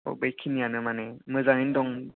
बे खिनियानो माने मोजांङैनो दं